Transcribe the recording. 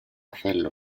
hacerlo